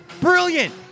brilliant